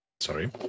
Sorry